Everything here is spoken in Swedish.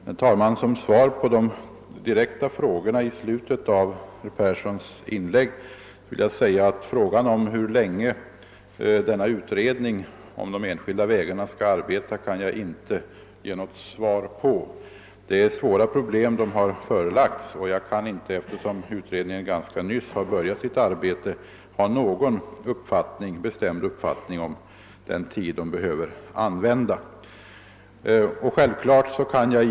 Herr talman! Som svar på de direkta frågorna i slutet av herr Perssons i Heden anförande vill jag säga att jag inte här kan lämna något besked om hur länge 1969 års vägutredning kommer att arbeta. De problem som förelagts utredningen är mycket svåra, och eftersom utredningen har börjat sitt arbete ganska nyligen har jag ingen bestämd uppfattning om vilken tid som behövs för att den skall bli färdig med sitt arbete.